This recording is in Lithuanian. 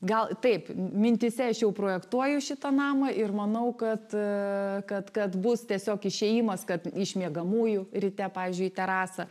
gal taip mintyse aš jau projektuoju šitą namą ir manau kad kad kad bus tiesiog išėjimas kad iš miegamųjų ryte pavyzdžiui į terasą